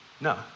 No